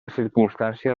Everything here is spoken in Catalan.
circumstància